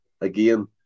again